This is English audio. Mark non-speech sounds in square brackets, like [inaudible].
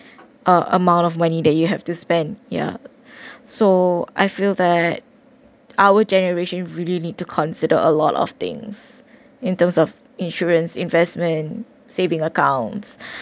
uh amount of money that you have to spend ya so I feel that our generation really need to consider a lot of things in terms of insurance investment saving accounts [breath]